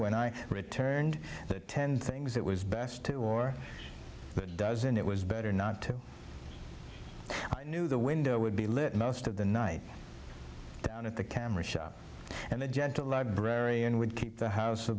when i returned ten things it was best to or doesn't it was better not to i knew the window would be lit most of the night down at the camera shop and the gentle librarian would keep the house o